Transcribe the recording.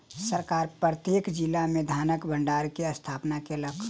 सरकार प्रत्येक जिला में धानक भण्डार के स्थापना केलक